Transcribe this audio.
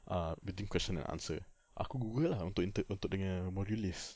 err between question and answer aku Google lah untuk inter~ untuk dengan module list